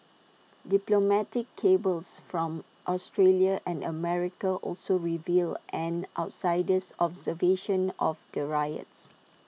diplomatic cables from Australia and America also revealed an outsider's observation of the riots